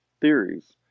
theories